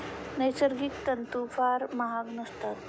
नैसर्गिक तंतू फार महाग नसतात